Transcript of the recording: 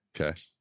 Okay